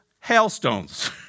hailstones